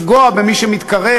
לפגוע במי שמתקרב,